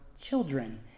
children